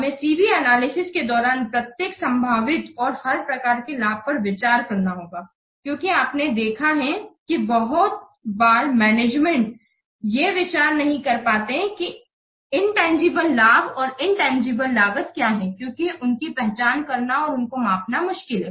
हमें C B analysis के दौरान प्रत्येक संभावित और हर प्रकार के लाभ पर विचार करना होगा क्योंकि आपने देखा है कि बहुत बार मैनेजमेंट ये विचार नहीं कर पाते है कि इनतंजीबले लाभ और इनतंजीबले लागत क्या है क्योकि उनकी पहचान करना और उनको मापना मुश्किल है